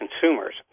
consumers